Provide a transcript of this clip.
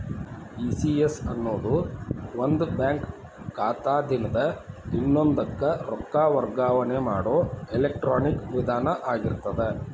ECS ಅನ್ನೊದು ಒಂದ bank ಖಾತಾದಿನ್ದ ಇನ್ನೊಂದಕ್ಕ ರೊಕ್ಕ ವರ್ಗಾವಣೆ ಮಾಡೊ ಎಲೆಕ್ಟ್ರಾನಿಕ್ ವಿಧಾನ ಆಗಿರ್ತದ